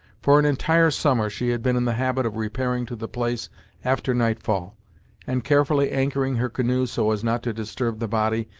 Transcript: for an entire summer, she had been in the habit of repairing to the place after night-fall and carefully anchoring her canoe so as not to disturb the body,